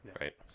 right